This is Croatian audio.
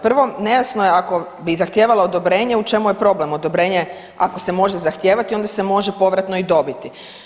Prvo nejasno je ako bi zahtijevalo odobrenje, u čemu je problem, odobrenje ako se može zahtijevati onda se može povratno i dobiti.